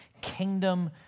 kingdom